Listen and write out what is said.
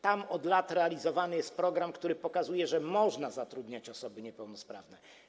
Tam od lat realizowany jest program, który pokazuje, że można zatrudniać osoby niepełnosprawne.